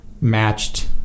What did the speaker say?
matched